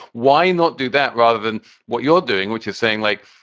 why not do that rather than what you're doing, which is saying like,